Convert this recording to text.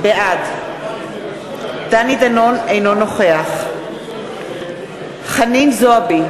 בעד דני דנון, אינו נוכח חנין זועבי,